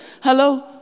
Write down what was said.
hello